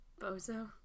Bozo